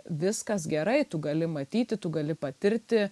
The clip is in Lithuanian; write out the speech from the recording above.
viskas gerai tu gali matyti tu gali patirti